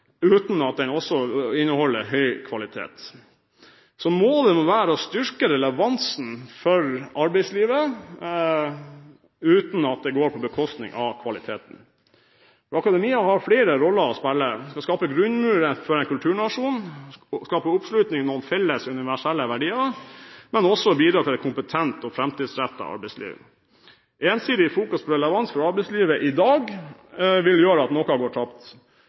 uten at det går på bekostning av kvaliteten. Akademia har flere roller å spille: Det skal skape grunnmuren for en kulturnasjon, skape oppslutning om felles universelle verdier, og også bidra til et kompetent og framtidsrettet arbeidsliv. Ensidig fokus på relevans for arbeidslivet i dag vil gjøre at noe går tapt.